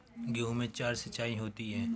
गेहूं में चार सिचाई होती हैं